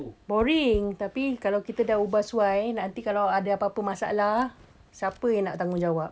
boring tapi kalau kita dah ubah suai nanti kalau ada apa-apa masalah siapa yang nak tanggungjawab